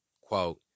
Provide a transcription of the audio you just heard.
Quote